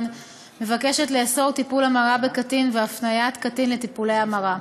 מבקשת לאסור טיפול המרה בקטין והפניית קטין לטיפולי המרה.